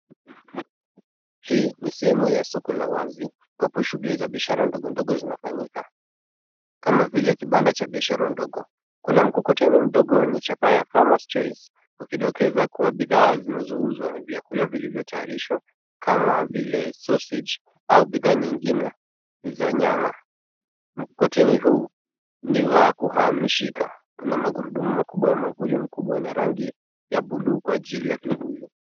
Hii ni sehemu ya soko la wazi ambapo shughuli za biashara dogodogo zinafanyika. Kama vile kibanda cha biashara ndogo. Kuna mkokoteni mdogo wenye chapa ya Farmers Choice ukidokeza kuwa bidhaa zinazouzwa ni vyakula vilivyo tayarishwa kama vile sausage au bidhaa nyingine za nyama. Mkokoteni huu ni wa kuhamishika, una magurudumu makubwa, mwavuli mkubwa na rangi ya bluu kwa ajili ya kivuli.